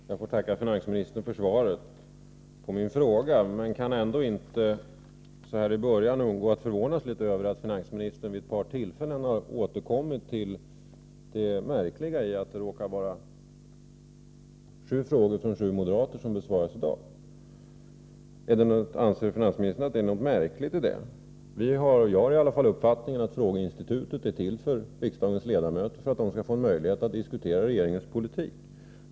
Herr talman! Jag får tacka finansministern för svaret på min fråga, men jag kan ändå inte, så här i början, undgå att förvånas litet över att finansministern vid ett par tillfällen har återkommit till att det skulle vara märkligt att det i dag råkar vara sju frågor från sju moderater som besvaras. Anser finansministern att det är något märkligt i det? Åtminstone jag har uppfattningen att frågeinstitutet är till för riksdagsledamöterna, för att de skall få möjligheter att diskutera regeringens politik.